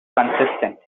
consistent